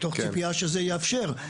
מתוך ציפייה שזה יאפשר.